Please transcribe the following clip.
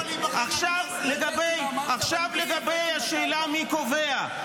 עכשיו לגבי השאלה מי קובע.